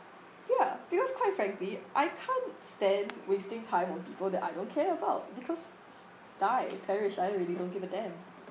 ya because quite frankly I can't stand wasting time on people that I don't care about because just die perish I don't really don't give a damn